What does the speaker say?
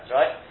right